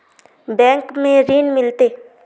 Bank में ऋण मिलते?